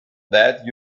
that